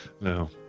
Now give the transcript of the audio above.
No